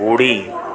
ॿुड़ी